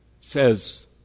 says